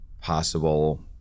possible